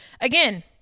Again